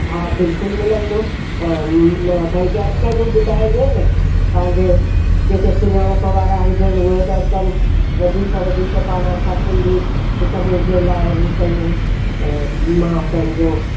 हा बिल्कुलु मिलंदो भई ॿियनि खे बि ॿुधाइजो न तव्हांजे जेके सुञाणप वारा हुजनि उहे बि अचनि वधीक वधीक पाण असां सिंधी हिक ॿिए जे लाइ हू कयूं मां पंहिंजो